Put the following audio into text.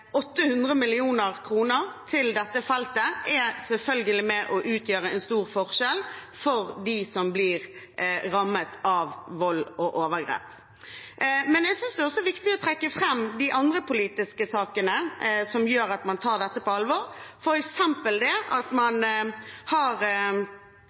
800 mill. kr til dette feltet er selvfølgelig med og utgjør en stor forskjell for dem som blir rammet av vold og overgrep. Men jeg synes at det også er viktig å trekke fram de andre politiske sakene som gjør at man tar dette på alvor, f. eks. at